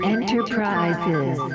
Enterprises